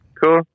Cool